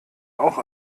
auch